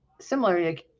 Similarly